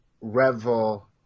revel